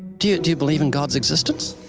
do you do you believe in god's existence?